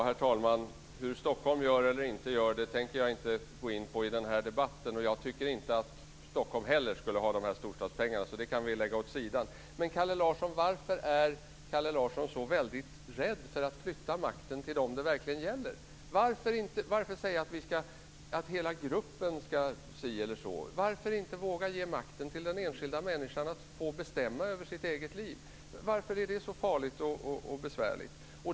Herr talman! Hur Stockholm gör eller inte gör tänker jag inte gå in på i den här debatten. Jag tycker inte att Stockholm heller skulle ha de här storstadspengarna. Det kan vi lägga åt sidan. Varför är Kalle Larsson så väldigt rädd för att flytta makten till dem det verkligen gäller? Varför säga att hela gruppen ska ha si eller så? Varför inte våga ge makten till den enskilda människan att få bestämma över sitt eget liv? Varför är det så farligt och besvärligt?